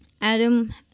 Adam